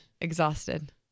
Exhausted